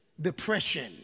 depression